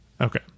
Okay